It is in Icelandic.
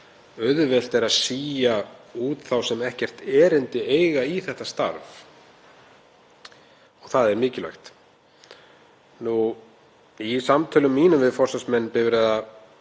auðvelt er að sía út þá sem ekkert erindi eiga í þetta starf, og það er mikilvægt. Í samtölum mínum við forsvarsmenn